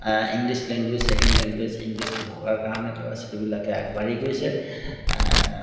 English language second language ইংলিছটো থকাৰ কাৰণে ল'ৰা ছোৱালীবিলাকে আগবাঢ়ি গৈছে